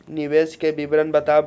निवेश के विवरण बताबू?